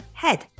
head